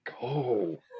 go